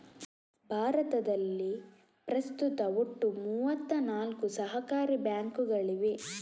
ಭಾರತದಲ್ಲಿ ಪ್ರಸ್ತುತ ಒಟ್ಟು ಮೂವತ್ತ ನಾಲ್ಕು ಸಹಕಾರಿ ಬ್ಯಾಂಕುಗಳಿವೆ